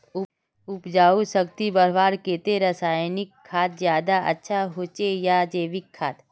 उपजाऊ शक्ति बढ़वार केते रासायनिक खाद ज्यादा अच्छा होचे या जैविक खाद?